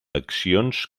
accions